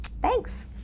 Thanks